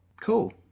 Cool